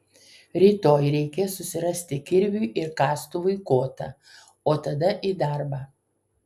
rytoj reikės susirasti kirviui ir kastuvui kotą o tada į darbą